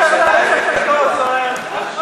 בבקשה.